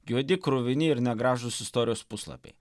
juodi kruvini ir negražūs istorijos puslapiai